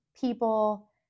people